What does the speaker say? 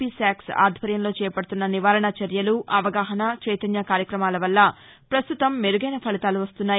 పూరూమాజఖూ ఆధ్వర్యంలో చేపడుతున్న నివారణా చర్యలు అవగాహనా చైతన్య కార్యక్రమాల వల్ల ప్రస్తుతం మెరుగైన ఫలితాలు వస్తున్నాయి